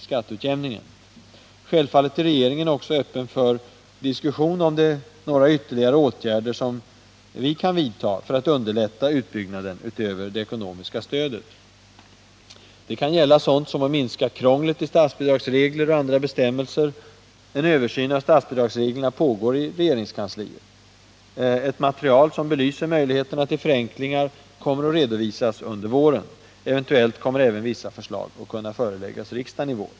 Självfallet är regeringen också öppen för diskussion, om det är några ytterligare åtgärder utöver det ekonomiska stödet som vi kan vidta för att underlätta utbyggnaden. Det kan gälla sådant som att minska krånglet i statsbidragsregler och andra bestämmelser. En översyn av statsbidragsreglerna pågår i regeringskansliet. Ett material som belyser möjligheterna till förenklingar kommer att redovisas under våren. Eventuellt kommer även vissa förslag att kunna föreläggas riksdagen i vår.